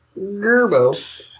Gerbo